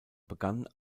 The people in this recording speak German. begann